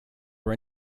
were